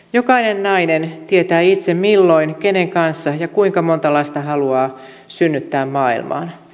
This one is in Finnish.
jokainen nainen tietää itse milloin kenen kanssa ja kuinka monta lasta haluaa synnyttää maailmaan